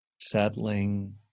settling